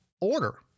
Order